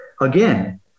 Again